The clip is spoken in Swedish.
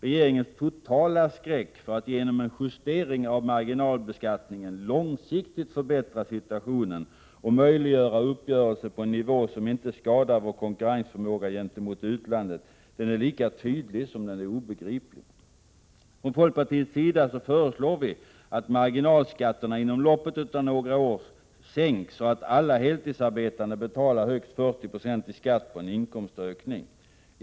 Regeringens totala skräck för att genom en justering av marginalbeskattningen långsiktigt förbättra situationen och möjliggöra uppgörelser på en nivå som inte skadar vår konkurrensförmåga gentemot utlandet är lika tydlig som obegriplig. Från folkpartiets sida föreslår vi att marginalskatterna inom loppet av några år sänks, så att alla heltidsarbetande betalar högst 40 9 i skatt på en inkomstökning.